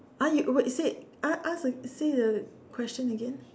ah you wait say ask ask say the question again